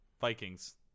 Vikings